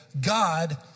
God